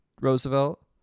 roosevelt